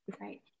right